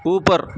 اوپر